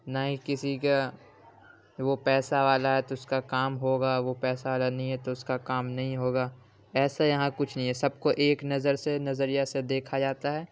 نہ ہی کسی کا وہ پیسہ والا ہے تو اس کا کام ہوگا وہ پیسہ والا نہیں ہے تو اس کا کام نہیں ہوگا ایسے یہاں کچھ نہیں ہے سب کو ایک نظر سے نظریہ سے دیکھا جاتا ہے